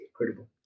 incredible